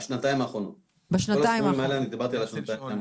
--- כל הסכומים האלה דיברתי על השנתיים האחרונות.